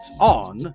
on